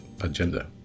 agenda